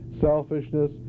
selfishness